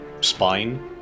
spine